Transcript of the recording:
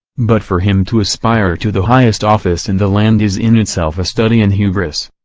but for him to aspire to the highest office in the land is in itself a study in hubris.